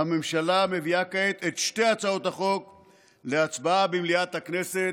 הממשלה מביאה כעת את שתי הצעות החוק להצבעה במליאת הכנסת,